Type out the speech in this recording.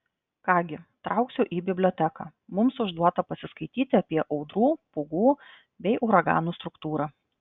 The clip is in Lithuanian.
ką gi trauksiu į biblioteką mums užduota pasiskaityti apie audrų pūgų bei uraganų struktūrą